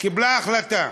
קיבלה החלטה.